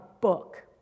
book